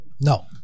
No